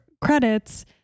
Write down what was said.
credits